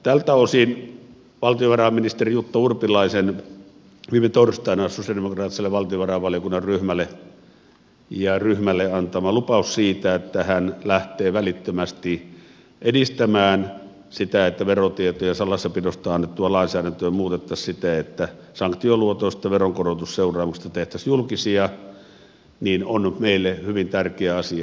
tältä osin valtiovarainministeri jutta urpilaisen viime torstaina sosialidemokraattiselle valtiovarainvaliokunnan ryhmälle antama lupaus siitä että hän lähtee välittömästi edistämään sitä että verotietojen salassapidosta annettua lainsäädäntöä muutettaisiin siten että sanktioluonteisista veronkorotusseuraamuksista tehtäisiin julkisia on meille hyvin tärkeä asia